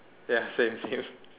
ya same same